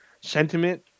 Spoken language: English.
sentiment